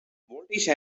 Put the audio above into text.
voltage